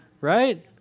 right